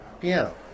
piano